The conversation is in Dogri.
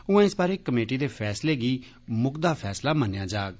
उआं इस बारे कमेटी दे फैसले गी मुकदा फैसला मन्नेआ जाग